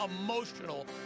emotional